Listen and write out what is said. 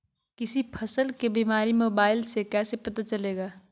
किसी फसल के बीमारी मोबाइल से कैसे पता चलेगा?